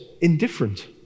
indifferent